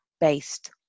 based